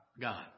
God